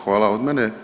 Hvala od mene.